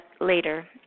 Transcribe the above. later